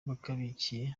bubakiye